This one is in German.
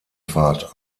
fahrt